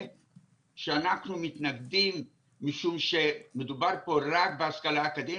שאנחנו מתנגדים משום שמדובר פה רק בהשכלה אקדמית,